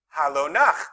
halonach